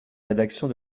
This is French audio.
rédaction